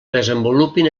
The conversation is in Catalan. desenvolupin